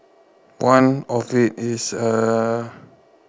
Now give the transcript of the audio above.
one of it is uh